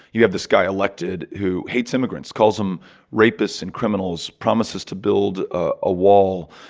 you have this guy elected who hates immigrants, calls them rapists and criminals, promises to build a wall,